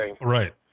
Right